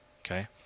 okay